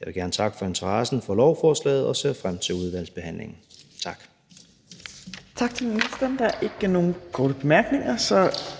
Jeg vil gerne takke for interessen for lovforslaget og ser frem til udvalgsbehandlingen. Tak. Kl. 11:30 Fjerde næstformand (Trine Torp): Tak til ministeren. Der er ikke nogen korte bemærkninger.